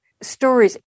stories